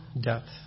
death